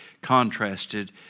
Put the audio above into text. contrasted